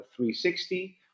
360